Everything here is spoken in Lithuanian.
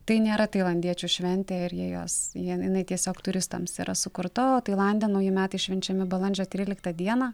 tai nėra tailandiečių šventė ir jie jos jie jinai tiesiog turistams yra sukurta o tailande nauji metai švenčiami balandžio tryliktą dieną